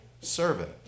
servant